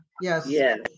Yes